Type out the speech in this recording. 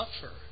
suffer